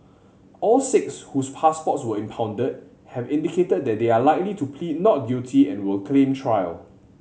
all six whose passports were impounded have indicated that they are likely to plead not guilty and will claim trial